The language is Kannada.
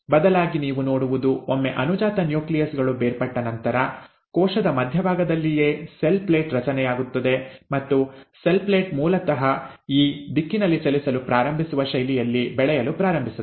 ಬದಲಾಗಿ ನೀವು ನೋಡುವುದು ಒಮ್ಮೆ ಅನುಜಾತ ನ್ಯೂಕ್ಲಿಯಸ್ ಗಳು ಬೇರ್ಪಟ್ಟ ನಂತರ ಕೋಶದ ಮಧ್ಯಭಾಗದಲ್ಲಿಯೇ ಸೆಲ್ ಪ್ಲೇಟ್ ರಚನೆಯಾಗುತ್ತದೆ ನಂತರ ಸೆಲ್ ಪ್ಲೇಟ್ ಮೂಲತಃ ಈ ದಿಕ್ಕಿನಲ್ಲಿ ಚಲಿಸಲು ಪ್ರಾರಂಭಿಸುವ ಶೈಲಿಯಲ್ಲಿ ಬೆಳೆಯಲು ಪ್ರಾರಂಭಿಸುತ್ತದೆ